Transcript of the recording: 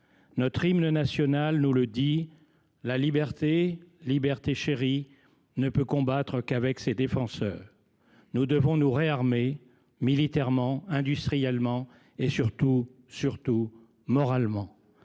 Notre hymne national nous le rappelle : notre « liberté chérie » ne peut combattre qu’« avec [s]es défenseurs ». Nous devons nous réarmer, militairement, industriellement et surtout – surtout !– moralement.